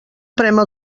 prémer